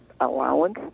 allowance